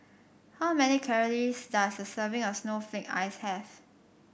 how many calories does a serving of Snowflake Ice have